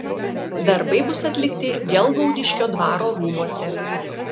darbai bus atlikti gelgaudiškio dvaro rūmuose